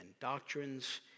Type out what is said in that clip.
Doctrines